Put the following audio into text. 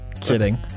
Kidding